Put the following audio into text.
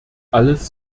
alles